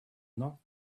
not